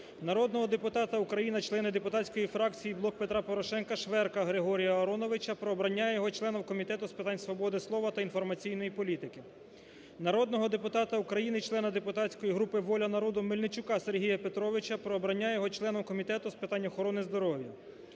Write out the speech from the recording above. Народного депутата України, члена депутатської фракції "Блок Петра Порошенка" Шверка Григорія Ароновича про обрання його членом Комітету з питань свободи слова та інформаційної політики. Народного депутата України, члена депутатської групи "Воля народу" Мельничука Сергія Петровича про обрання його членом Комітету з питань охорони здоров'я.